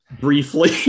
Briefly